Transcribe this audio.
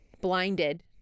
blinded